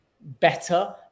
better